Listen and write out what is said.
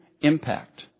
impact